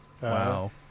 Wow